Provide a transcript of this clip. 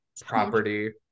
property